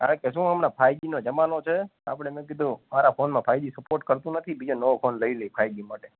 કારણ કે શું હમણાં ફાઇવજીનો જમાનો છે આપણે મેં કીધું મારા ફોનમાં ફાઇજી સપોર્ટ કરતું નથી બીજો નવો ફોન લઇ લઇએ ફાઇજી માટે